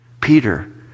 Peter